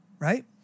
Right